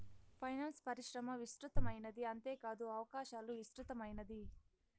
finance పరిశ్రమ విస్తృతమైనది అంతేకాదు అవకాశాలు విస్తృతమైనది